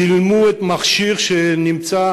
צילמו את המכשיר שנמצא